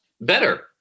better